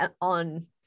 on